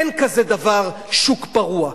אין כזה דבר שוק פרוע.